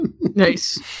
nice